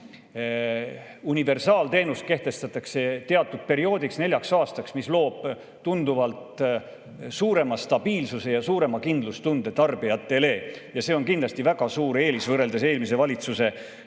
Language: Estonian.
Universaalteenus kehtestatakse teatud perioodiks, neljaks aastaks, mis loob tunduvalt suurema stabiilsuse ja suurema kindlustunde tarbijatele. See on kindlasti väga suur eelis võrreldes eelmise valitsuse lahendustega.